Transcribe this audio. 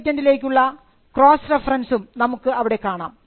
പേറ്റന്റിലേക്കുള്ള cross റഫറൻസും നമുക്ക് അവിടെ കാണാം